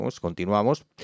continuamos